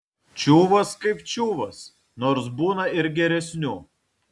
čiuvas kaip čiuvas nors būna ir geresnių